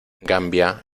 gambia